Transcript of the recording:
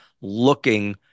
looking